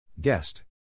Guest